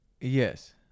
Yes